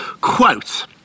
Quote